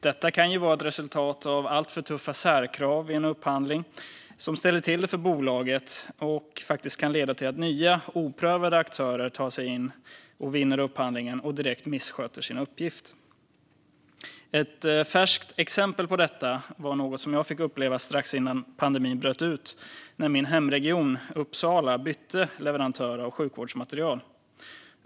Detta kan vara ett resultat av alltför tuffa särkrav i en upphandling som ställer till det för bolaget och som kan leda till att nya, obeprövade aktörer kommer in och vinner upphandlingen och direkt missköter sin uppgift. Ett färskt exempel på detta som jag fick uppleva strax innan pandemin bröt ut var när min hemregion Uppsala bytte leverantör av sjukvårdsmateriel.